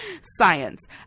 science